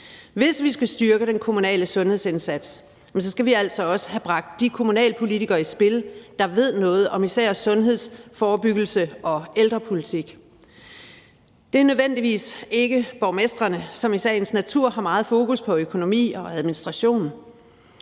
Hvis vi skal styrke den kommunale sundhedsindsats, skal vi altså også have bragt de kommunalpolitikere i spil, der ved noget om især sundheds-, forebyggelses- og ældrepolitik. Det er ikke nødvendigvis borgmestrene, som i sagens natur har meget fokus på økonomi og administration.